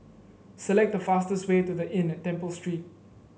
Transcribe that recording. select the fastest way to The Inn at Temple Street